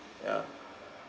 ya